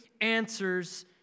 answers